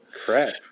crap